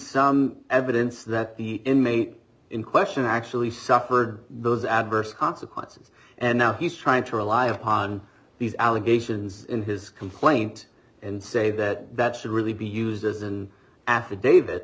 some evidence that the inmate in question actually suffered those adverse consequences and now he's trying to rely upon these allegations in his complaint and say that that should really be used as an